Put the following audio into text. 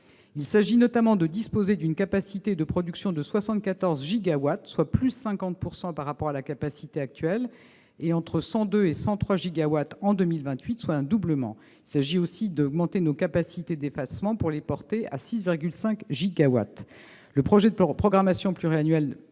Il s'agit notamment de disposer d'une capacité de production de 74 gigawatts, soit une augmentation de 50 % par rapport à la capacité actuelle, et entre 102 et 103 gigawatts en 2028, soit un doublement. Il s'agit aussi d'augmenter nos capacités d'effacement pour les porter à 6,5 gigawatts. Le projet de programmation pluriannuelle